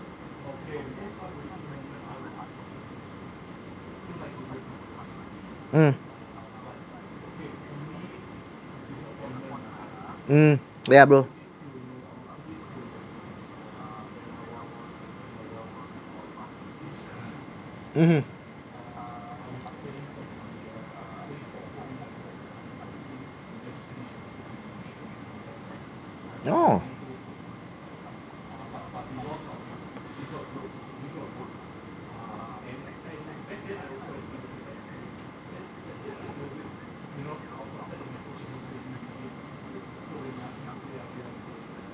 uh um yeah bro mmhmm oh